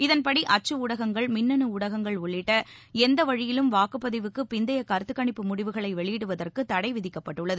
இதன்படி அச்சுணடகங்கள் மின்னனுஊடகங்கள் உள்ளிட்டஎந்தவழியிலும் வாக்குப்பதிவுக்குப் பிந்தையகருத்துக்கணிப்பு முடிவுகளைவெளியிடுவதற்குதடைவிதிக்கப்பட்டுள்ளது